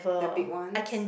the big ones